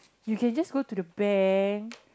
you can just go to the bank